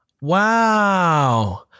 Wow